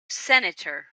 senator